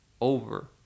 over